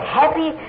happy